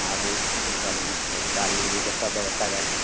आबु घु बढ़िआँ सब गाड़ी ओड़ीके सब व्यवस्थाके